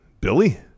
Billy